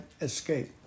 escape